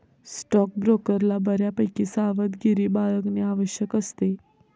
स्टॉकब्रोकरला बऱ्यापैकी सावधगिरी बाळगणे आवश्यक असते